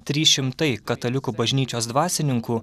trys šimtai katalikų bažnyčios dvasininkų